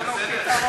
זה בסדר?